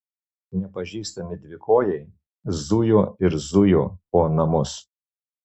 nepažįstami dvikojai zujo ir zujo po namus